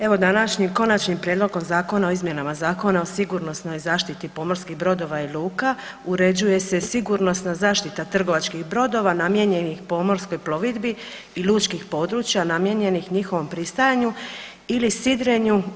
Evo današnji Konačnim prijedlogom Zakona o izmjenama Zakona o sigurnosnoj zaštiti pomorskih brodova i luka uređuje se sigurnosna zaštita trgovačkih brodova namijenjenih pomorskoj plovidbi i lučkih područja namijenjenih njihovom pristajanju ili sidrenju.